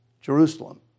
Jerusalem